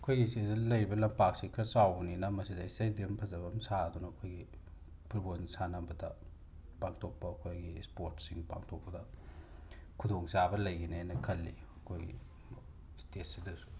ꯑꯩꯈꯣꯏꯒꯤ ꯁꯤꯗ ꯂꯩꯔꯤꯕ ꯂꯝꯄꯥꯛꯁꯦ ꯈꯔ ꯆꯥꯎꯕꯅꯤꯅ ꯃꯁꯤꯗ ꯁ꯭ꯇꯦꯗꯤꯌꯝ ꯐꯖꯕ ꯑꯃ ꯁꯥꯗꯨꯅ ꯑꯩꯈꯣꯏꯒꯤ ꯐꯨꯠꯕꯣꯟ ꯁꯥꯟꯅꯕꯗ ꯄꯥꯡꯊꯣꯛꯄ ꯑꯩꯈꯣꯏꯒꯤ ꯁ꯭ꯄꯣꯔꯠꯁꯤꯡ ꯄꯥꯡꯊꯣꯛꯄꯗ ꯈꯨꯗꯣꯡ ꯆꯥꯕ ꯂꯩꯒꯅꯦꯅ ꯈꯜꯂꯤ ꯑꯩꯈꯣꯏꯒꯤ ꯁ꯭ꯇꯦꯠꯁꯤꯗꯁꯨ